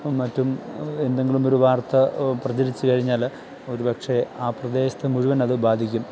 മറ്റും എന്തെങ്കിലും ഒരു വാര്ത്ത പ്രചരിച്ചു കഴിഞ്ഞാൽ ഒരു പക്ഷെ ആ പ്രദേശത്തെ മുഴുവൻ അതു ബാധിക്കും